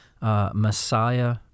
Messiah